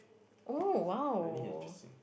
oh !wow!